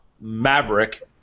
Maverick